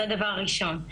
זה הדבר הראשון.